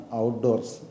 outdoors